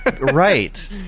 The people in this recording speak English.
Right